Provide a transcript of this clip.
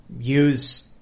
use